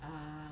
err